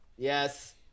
Yes